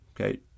Okay